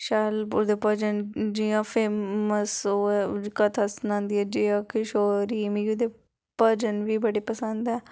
शैल ओह्दे भजन जि'यां फेमस ओहृ ऐ कथा सनांदी ऐ जया किशोरी मिगी ओह्दे भजन बी बड़े पसंद ऐं